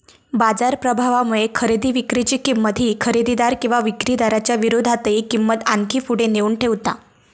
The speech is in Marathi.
बाजार प्रभावामुळे खरेदी विक्री ची किंमत ही खरेदीदार किंवा विक्रीदाराच्या विरोधातही किंमत आणखी पुढे नेऊन ठेवता